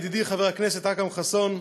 ידידי חבר הכנסת אכרם חסון,